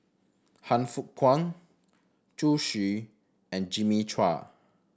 Han Fook Kwang Zhu Xu and Jimmy Chua